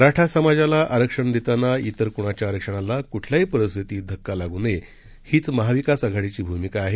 मराठा समाजाला आरक्षण देताना इतर कुणाच्या आरक्षणाला कुठल्याही परिस्थितीत धक्का बसू नये हीच महाविकास आघाडीची भूमिका आहे